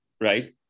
right